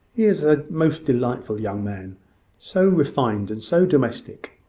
he is a most delightful young man so refined! and so domestic!